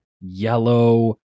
yellow